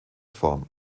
form